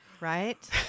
Right